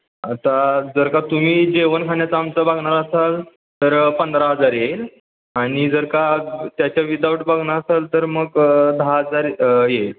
आता जर का तुम्ही जेवणखाण्याचा आमचं बघणारं असाल तर पंधरा हजार येईल आणि जर का त्याच्या विदाउट बघणार असाल तर मग दहा हजार येईल